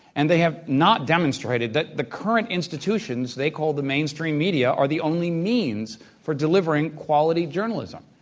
and they have not demonstrated that the current institutions they call the mainstream media are the only means for delivering quality journalism.